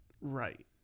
Right